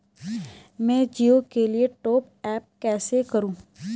मैं जिओ के लिए टॉप अप कैसे करूँ?